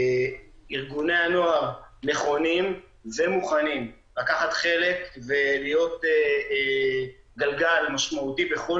ארגוני הנוער נכונים ומוכנים לקחת חלק ולהיות גלגל משמעותי בכל